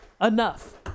Enough